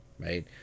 Right